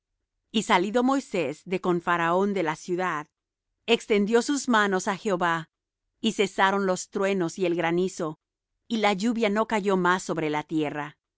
y salido moisés de con faraón de la ciudad extendió sus manos á jehová y cesaron los truenos y el granizo y la lluvia no cayó más sobre la tierra